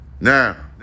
Now